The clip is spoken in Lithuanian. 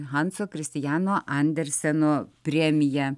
hanso kristiano anderseno premija